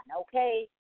okay